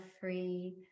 free